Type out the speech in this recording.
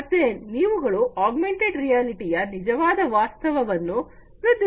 ಮತ್ತೆ ನೀವುಗಳು augmented reality ಯ ನಿಜವಾದ ವಾಸ್ತವವನ್ನು ವೃದ್ಧಿಸುತ್ತದೆ